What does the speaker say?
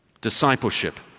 Discipleship